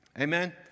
Amen